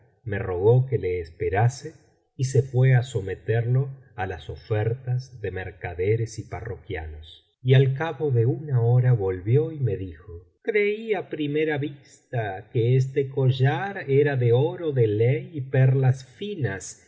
me rogó que le esperase y se fué á someterlo á las ofertas de mercaderes y parroquianos y al cabo de una hora volvió y me dijo creí á primera vista que este collar era de oro de ley y perlas finas